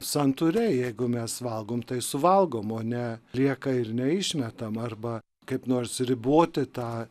santūriai jeigu mes valgom tai suvalgom o ne lieka ir neišmetam arba kaip nors riboti tą